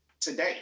today